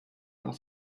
und